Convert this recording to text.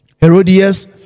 herodias